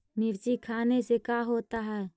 मिर्ची खाने से का होता है?